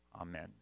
amen